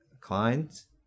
clients